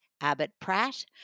Abbott-Pratt